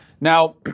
Now